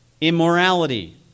Immorality